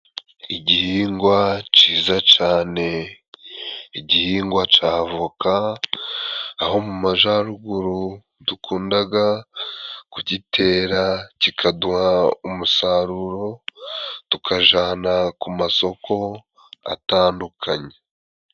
Igihingwa ciza cane, igihingwa ca voka aho mu majaruguru dukundaga kugitera cikaduha umusaruro tukajana ku masoko atandukanye.